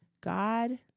God